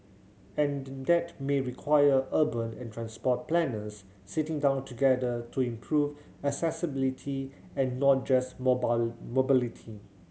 and that may require urban and transport planners sitting down together to improve accessibility and not just mobile mobility